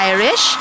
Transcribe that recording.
Irish